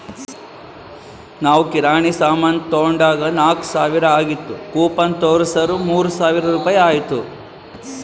ನಾವ್ ಕಿರಾಣಿ ಸಾಮಾನ್ ತೊಂಡಾಗ್ ನಾಕ್ ಸಾವಿರ ಆಗಿತ್ತು ಕೂಪನ್ ತೋರ್ಸುರ್ ಮೂರ್ ಸಾವಿರ ರುಪಾಯಿ ಆಯ್ತು